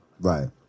Right